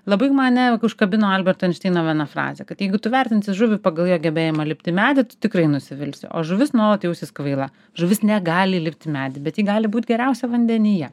labai mane užkabino alberto einšteino viena frazė kad jeigu tu vertinsi žuvį pagal jo gebėjimą lipt į medį tu tikrai nusivilsi o žuvis nuolat jausis kvaila žuvis negali lipt į medį bet ji gali būt geriausia vandenyje